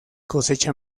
cosecha